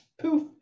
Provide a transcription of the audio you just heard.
poof